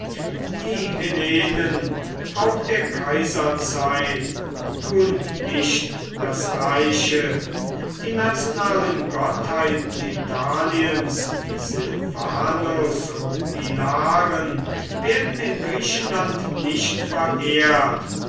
die hellenen auch der kaiserzeit tun nicht das gleiche die nationalen gottheiten italiens wie silvanus und die laren werden in griechenland nicht verehrt